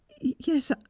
yes